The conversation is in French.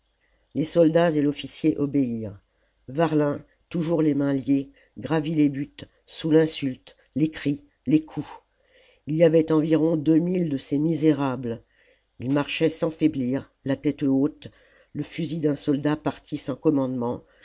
les soldats et l'officier obéirent varlin toujours les mains liées gravit les buttes sous l'insulte les cris les coups il y avait environ deux mille de ces misérables il marchait sans faiblir la tête haute le fusil d'un soldat partit sans la commune commandement